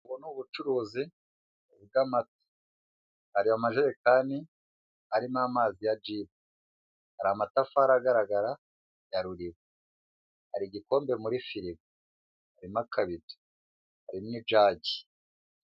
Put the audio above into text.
Ubu ni ubucuruzi bw'amata hari amajerekani arimo amazi ya jibu, hari amatafari agaragara ya ruriba, hari igikombe muri firigo, harimo akabido, harimo ijagi.